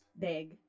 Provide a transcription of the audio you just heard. Big